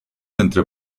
entre